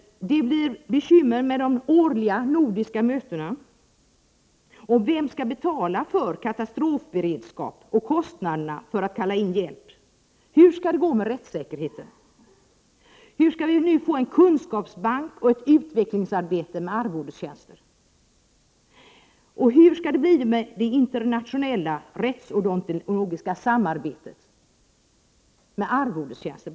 De årliga nordiska mötena kommer att bli ett bekymmer. Och vem skall betala för katastrofberedskap och kostnaden för att kalla in hjälp? Hur skall det gå med rättssäkerheten? Hur skall vi med arvodestjänster kunna få en kunskapsbank och något utvecklingsarbete till stånd? Hur skall det internationella rättsodontologiska samarbetet kunna bedrivas med enbart arvodestjänster?